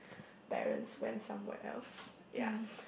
parents went somewhere else ya